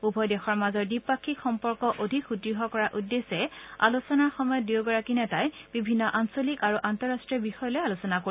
উভয় দেশৰ মাজৰ দ্বিপাক্ষিক সম্পৰ্ক অধিক সুদ্ঢ় কৰাৰ উদ্দেশ্যে আলোচনাৰ সময়ত দুয়োগৰাকী নেতাই বিভিন্ন আঞ্চলিক আৰু আন্তঃৰাষ্ট্ৰীয় বিষয় লৈ আলোচনা কৰিব